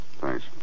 Thanks